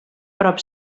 prop